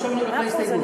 עכשיו אני הולך להסתייגות.